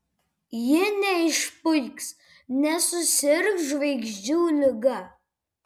ji neišpuiks nesusirgs žvaigždžių liga